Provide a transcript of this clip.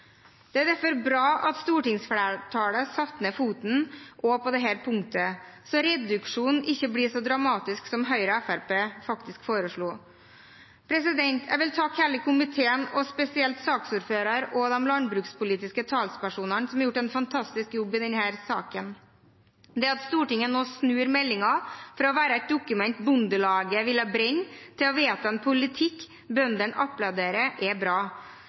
Det er derfor bra at stortingsflertallet satte ned foten også på dette punktet, så reduksjonen ikke blir så dramatisk som Høyre og Fremskrittspartiet faktisk foreslo. Jeg vil takke hele komiteen og spesielt saksordføreren og de landbrukspolitiske talspersonene som har gjort en fantastisk jobb i denne saken. Det at Stortinget nå snur meldingen fra å være et dokument Bondelaget ville brenne, til å vedta en politikk bøndene applauderer, er bra.